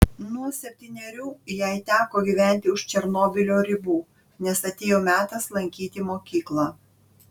nuo septynerių jai teko gyventi už černobylio ribų nes atėjo metas lankyti mokyklą